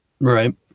right